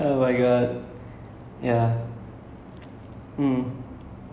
I went actually like the first time she gave it right it was like I think four five years back